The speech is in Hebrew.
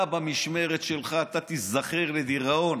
במשמרת שלך, אתה תיזכר לדיראון,